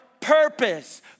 purpose